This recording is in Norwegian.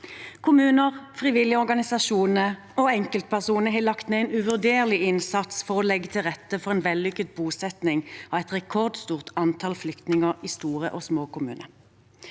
Kommuner, frivillige organisasjoner og enkeltpersoner har lagt ned en uvurderlig innsats for å legge til rette for en vellykket bosetning av et rekordstort antall flyktninger i store og små kommuner.